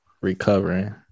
recovering